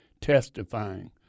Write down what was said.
testifying